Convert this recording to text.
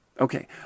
Okay